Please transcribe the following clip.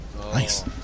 Nice